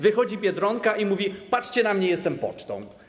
Wychodzi Biedronka i mówi: patrzcie na mnie, jestem pocztą.